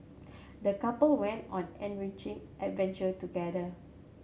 the couple went on an enriching adventure together